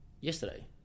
yesterday